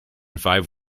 five